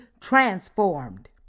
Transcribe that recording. transformed